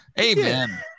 Amen